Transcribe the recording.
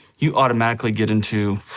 you automatically get into.